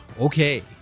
okay